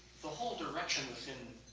the whole direction was in